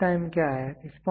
response time क्या है